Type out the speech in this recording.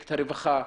מחלקת הרווחה.